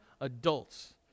adults